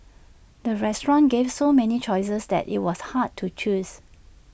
the restaurant gave so many choices that IT was hard to choose